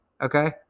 okay